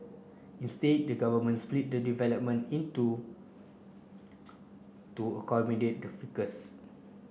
instead the government split the development in two to to accommodate the ficus